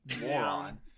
moron